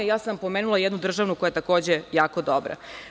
Ja sam pomenula jednu državnu koja je takođe jako dobra.